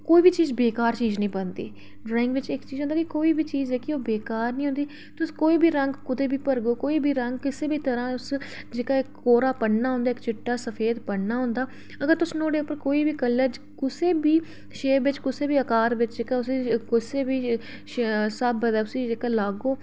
की कोई बी चीज बेकार चीज निं बनदी ड्राइंग बिच एह् होंदा कि कोई बी चीज़ बेकार निं होंदी तुस कोई रंग कुतै बी भरगेओ कोई बी रंग कुसै बी जेह्का कोरा पन्ना होंदा चि्ट्टा सफेद पन्ना होंदा अगर तुस नुहाड़े पर कोई बी कुसै बी शेप बिच आकार बिच कुसै बी स्हाबै दा उसी लागेओ